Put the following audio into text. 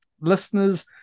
listeners